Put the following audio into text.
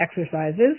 exercises